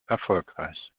erfolgreich